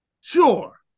Sure